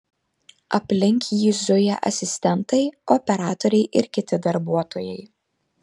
aplink jį zuja asistentai operatoriai ir kiti darbuotojai